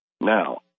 Now